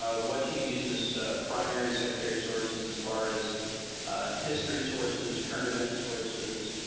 ah what do you use as primary and secondary sources as as far as history sources, current event sources,